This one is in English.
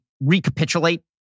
recapitulate